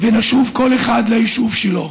ונשוב כל אחד ליישוב שלו.